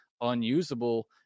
unusable